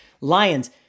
Lions